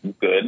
good